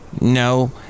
No